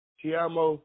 Chiamo